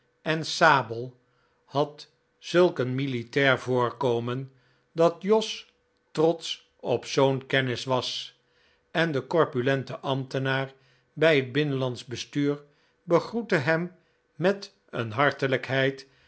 en sabel had zulk een militair voorkomen dat jos trotsch op zoo'n kennis was en de corpulente ambtenaar bij het binnenlandsch bestuur begroette hem met een hartelijkheid